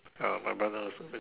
ah my brother also bri~